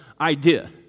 idea